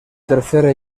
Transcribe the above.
tercera